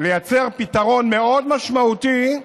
לייצר פתרון משמעותי מאוד,